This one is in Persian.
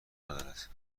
ندارد